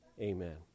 Amen